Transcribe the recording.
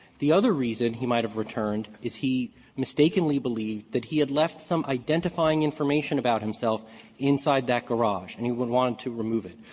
the other reason he might have returned is he mistakenly believed that he had left some identifying information about himself inside that garage, and he would have wanted to remove it.